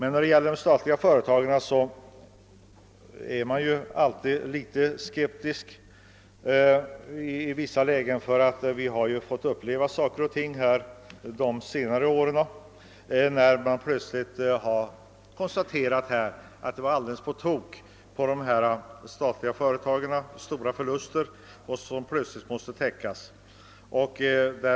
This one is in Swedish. När det gäller statliga företag är man alltid litet skptisk; vi har under senare år fått uppleva att det plötsligt har konstaterats att saker och ting varit alldeles på tok — stora förluster måste täckas.